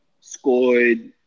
scored